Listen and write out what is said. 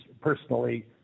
personally